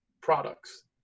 products